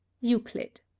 Euclid